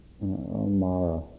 Mara